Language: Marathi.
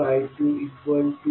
1V2 2I20